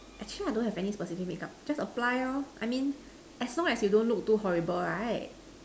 actually I don't have any specific makeup just apply I mean as long as you don't look too horrible right